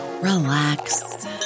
relax